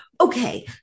okay